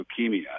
leukemia